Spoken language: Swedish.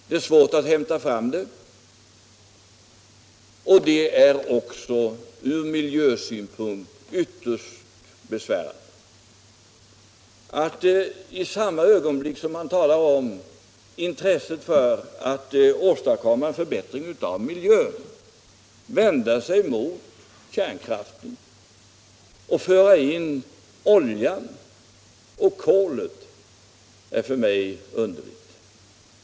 Det är svårt att hämta fram det och det är också ur miljösynpunkt ytterst besvärande. Att i samma ögonblick som man talar om åtgärder för förbättring av miljön vända sig mot kärnkraften och föra fram oljan och kolet är för mig underligt.